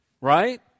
right